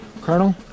Colonel